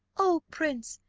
oh, prince,